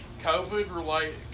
COVID-related